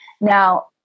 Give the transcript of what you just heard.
Now